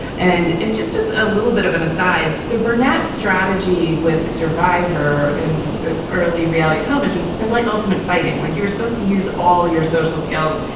and it just is a little bit of an aside. the burnett strategy with survivor in the early reality television was like ultimate fighting, like you were supposed to use all your social skills,